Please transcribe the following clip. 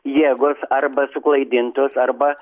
jėgos arba suklaidintos arba